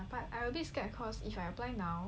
but I always scared cause if I apply now